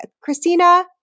Christina